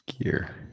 gear